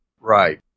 Right